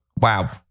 Wow